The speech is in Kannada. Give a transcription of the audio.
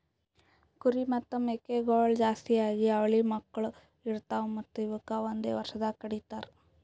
ಕುರಿ ಮತ್ತ್ ಮೇಕೆಗೊಳ್ ಜಾಸ್ತಿಯಾಗಿ ಅವಳಿ ಮಕ್ಕುಳ್ ಇರ್ತಾವ್ ಮತ್ತ್ ಇವುಕ್ ಒಂದೆ ವರ್ಷದಾಗ್ ಕಡಿತಾರ್